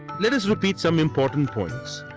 let us repeat some important points.